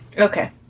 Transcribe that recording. Okay